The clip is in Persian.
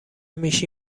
میشی